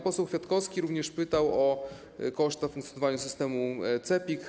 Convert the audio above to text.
Pan poseł Kwiatkowski również pytał o koszty funkcjonowania systemu CEPiK.